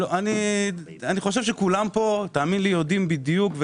אני חושב שכולם כאן יודעים בדיוק.